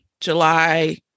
July